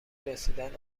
رسیدن